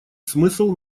смысл